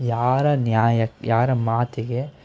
ಯಾರ ನ್ಯಾಯ ಯಾರ ಮಾತಿಗೆ